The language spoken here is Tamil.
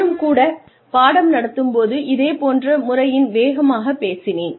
நானும் கூட பாடம் நடத்தும் போது இதேபோன்று முறையில் வேகமாக பேசினேன்